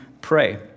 pray